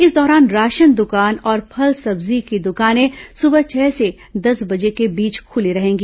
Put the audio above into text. इस दौरान राशन दुकान और फल सेब्जी की दुकानें सुबह छह से दस बजे के बीच खुली रहेंगी